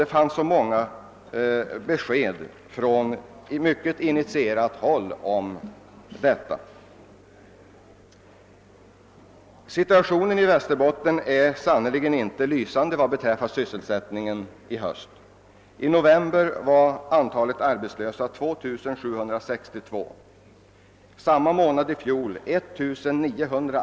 Det fanns ju så många besked från mycket initierat håll om detta. Situationen i Västerbotten är sannerligen inte lysande vad beträffar sysselsättningen i höst. I november var antalet arbetslösa 2 762. Samma månad i fjol uppgick siffran till 1900.